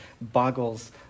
boggles